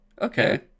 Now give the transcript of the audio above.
Okay